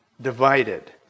divided